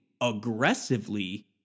aggressively